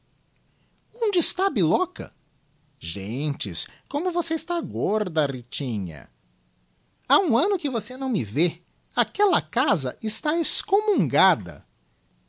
onde está a biloca gentes como você está gorda ritinha ha um anno que você não me vê aquella casa está